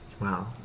Wow